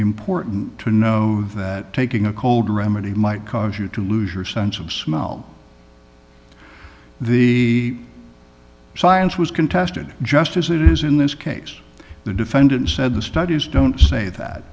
important to know that taking a cold remedy might cause you to lose your sense of smell the science was contested just as it is in this case the defendant said the studies don't say that